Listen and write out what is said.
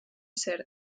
ser